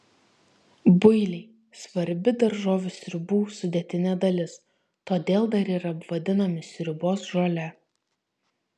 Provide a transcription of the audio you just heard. builiai svarbi daržovių sriubų sudėtinė dalis todėl dar yra vadinami sriubos žole